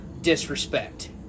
disrespect